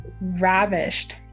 ravished